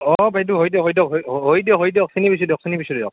অঁ বাইদেউ হয় দিয়ক হয় দিয়ক হয় চিনি পাইছোঁ দিয়ক